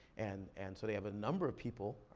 and and so they have a number of people,